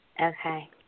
Okay